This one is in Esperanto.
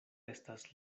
estas